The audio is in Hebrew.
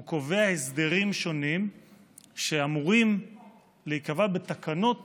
והוא קובע הסדרים שונים שאמורים להיקבע בתקנות